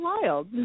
wild